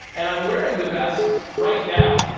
and i'm wearing the vest right now.